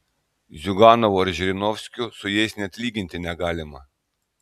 ziuganovo ar žirinovskio su jais net lyginti negalima